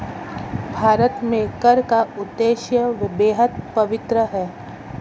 भारत में कर का उद्देश्य बेहद पवित्र है